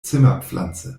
zimmerpflanze